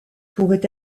pourraient